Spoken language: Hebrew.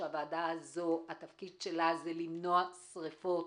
שתפקידה למנוע שריפות